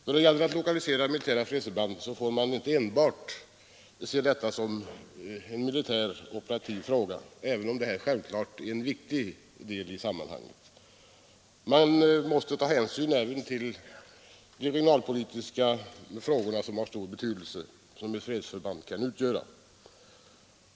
Då det gäller att lokalisera militära fredsförband får man inte enbart se det som en militär-operativ fråga, även om det självklart är en viktig del i sammanhanget. Man måste också ta hänsyn till den stora regionalpolitiska betydelse ett fredsförband kan ha.